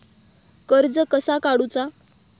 कर्ज कसा काडूचा?